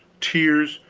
tears,